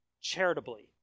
charitably